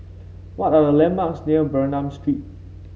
what are a landmarks near Bernam Street